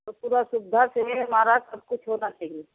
तो पूरा सुविधा से है हमारा सब कुछ होना चाहिए